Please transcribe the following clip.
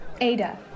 Ada